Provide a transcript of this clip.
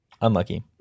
Unlucky